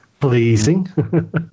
pleasing